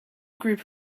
group